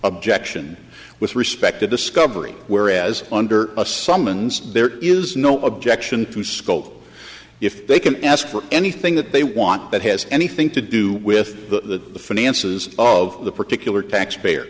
objection with respect to discovery whereas under a summons there is no objection to scold if they can ask for anything that they want that has anything to do with the finances of the particular taxpayer